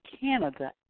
Canada